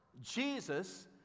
Jesus